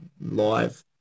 Live